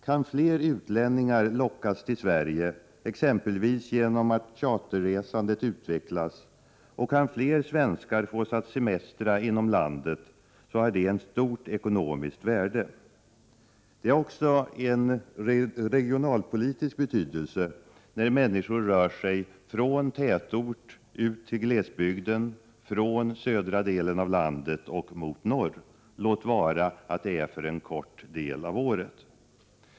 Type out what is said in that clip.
Kan fler utlänningar lockas till Sverige, exempelvis genom att charterresandet utvecklas, och kan fler svenskar fås att semestra inom landet har det ett stort ekonomiskt värde. Det har också en regionalpolitisk betydelse när människor rör sig från tätort till glesbygd, från södra delen av landet och mot norr — låt vara att det är för en kort del av året.